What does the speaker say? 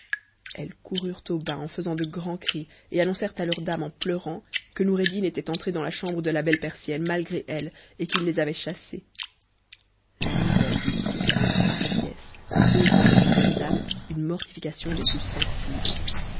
elles coururent au bain en jg grands cris et annoncèrent à leur dame en pleurant que nou jin était entré dans la chambre de la belle persienne malgré elles et ou'i les avait chassées la nouvelle d'une si grande hardiesse causa à la bonne dame une mortification des plus sensibles